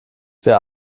wir